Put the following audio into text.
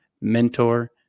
mentor